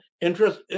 interest